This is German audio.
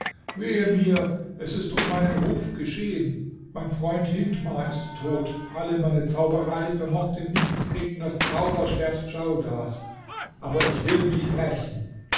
wehe mir es ist um meinen ruf geschehen mein freund hindmar ist tot alle meine zauberei vermochte nichts gegen das zauberschwert djaudars aber ich will mich rächen